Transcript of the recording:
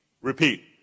repeat